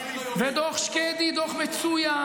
ודוח שקדי הוא דוח מצוין,